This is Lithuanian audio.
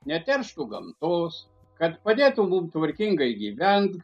neterštų gamtos kad padėtų mum tvarkingai gyvent